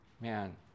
man